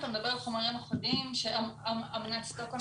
אתה מדבר על חומרים אחרים שאמנת שטוקהולם מכסה.